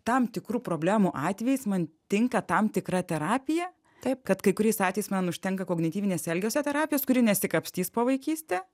tam tikrų problemų atvejais man tinka tam tikra terapija taip kad kai kuriais atvejais man užtenka kognityvinės elgesio terapijos kuri nesikapstys po vaikystę